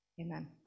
Amen